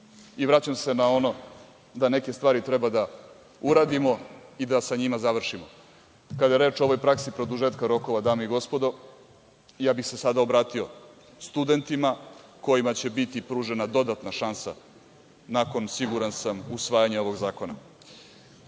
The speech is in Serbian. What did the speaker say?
završimo. Vraćam se na ono da neke stvari treba da uradimo i da sa njima završimo kada je reč o ovoj praksi produžetka rokova, dame i gospodo, ja bih se sada obratio studentima kojima će biti pružena dodatna šansa nakon, siguran sam, usvajanja ovog zakona. Dame